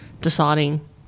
deciding